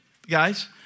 Guys